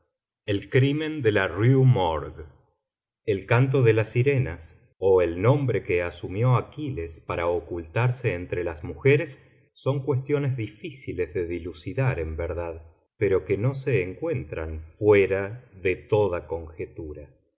el crimen de la rue morgue el canto de las sirenas o el nombre que asumió aquiles para ocultarse entre las mujeres son cuestiones difíciles de dilucidar en verdad pero que no se encuentran fuera de toda conjetura